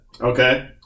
okay